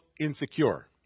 insecure